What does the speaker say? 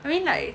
I mean like